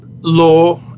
law